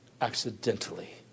accidentally